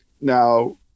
Now